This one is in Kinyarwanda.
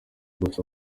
gusa